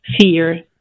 fear